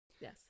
Yes